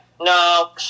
no